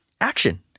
action